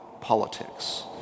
politics